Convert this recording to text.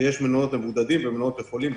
שיש מלונות למבודדים ומלונות לחולים,